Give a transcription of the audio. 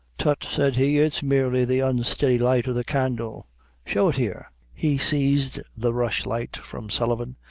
tut, said he, it's merely the unsteady light of the candle show it here. he seized the rushlight from sullivan,